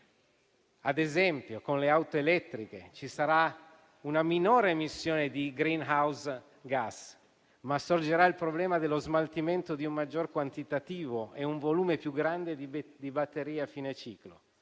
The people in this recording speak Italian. Ad esempio, con le auto elettriche ci sarà una minore emissione di *greenhouse gas*, ma sorgerà il problema dello smaltimento di un maggior quantitativo e un volume più grande di batterie a fine ciclo.